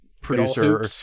producer